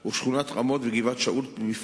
היא שכונה גדולה וחשובה.